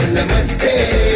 Namaste